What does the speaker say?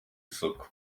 isoko